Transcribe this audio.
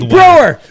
Brewer